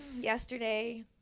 yesterday